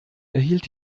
erhielt